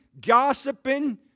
gossiping